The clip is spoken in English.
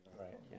Right